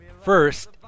first